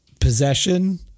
possession